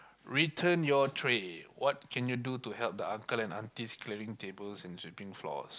return your tray what can you do to help the uncle and aunties clearing tables and sweeping floors